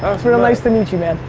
ah it's real nice to meet you, man.